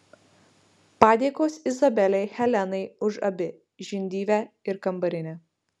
padėkos izabelei helenai už abi žindyvę ir kambarinę